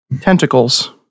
tentacles